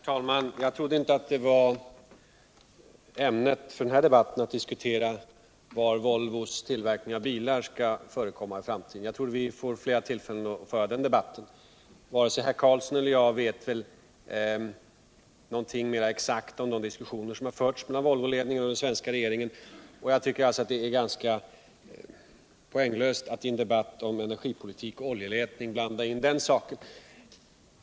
Herr talman! Jag trodde inte att ämnet för denna debatt var att diskutera var Volvos tullverkning av bilar skall äga rum i framtiden. Jag tror att vi får flera tillfällen att föra den debatten. Varken Ingvar Carlsson eller jag vet något mer exakt om de diskussioner som förts meltan Volvoledningen och den svenska regeringen. Jag tycker alltså att det är ganska poänglöst att i cn debatt om energipolitik och oljeletning blanda in den saken.